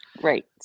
Right